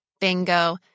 bingo